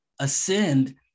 ascend